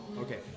Okay